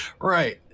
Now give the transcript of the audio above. right